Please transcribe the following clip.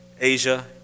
Asia